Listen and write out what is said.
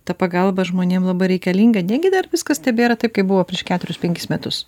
ta pagalba žmonėm labai reikalinga negi dar viskas tebėra taip kaip buvo prieš keturis penkis metus